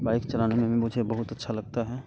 bike चलाने में भी मुझे बहुत अच्छा लगता है